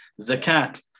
Zakat